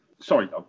sorry